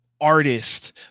artist